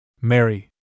Mary